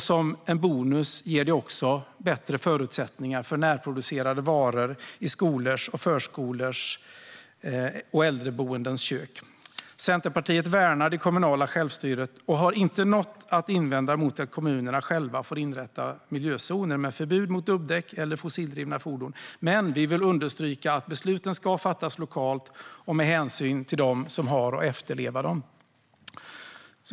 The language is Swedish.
Som bonus ger det bättre förutsättningar för närproducerade varor i skolors, förskolors och äldreboendens kök. Centerpartiet värnar det kommunala självstyret och har inget att invända mot att kommunerna själva får inrätta miljözoner med förbud mot dubbdäck och fossildrivna fordon, men vi vill understryka att besluten ska fattas lokalt och med hänsyn till dem som har att efterleva dem.